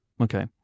Okay